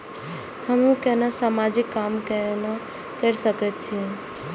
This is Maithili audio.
हमू केना समाजिक काम केना कर सके छी?